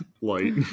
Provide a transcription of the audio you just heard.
light